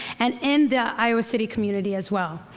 and in the iowa city community as well.